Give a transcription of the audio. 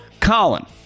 Colin